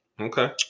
Okay